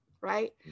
right